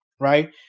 right